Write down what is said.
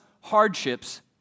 hardships